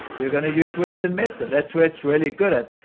you're going to use western medicine. that's what it's really good at.